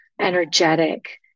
energetic